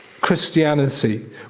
Christianity